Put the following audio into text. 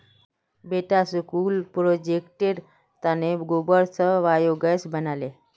बेटा स्कूल प्रोजेक्टेर तने गोबर स बायोगैस बना ले